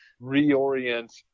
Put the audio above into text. reorient